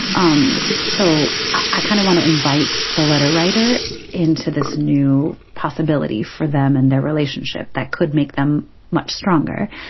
um so i kind of want to invite the letter writer into this new possibility for them and their relationship that could make them much stronger.